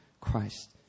Christ